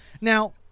Now